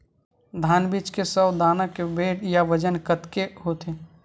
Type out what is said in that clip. धान बीज के सौ दाना के वेट या बजन कतके होथे?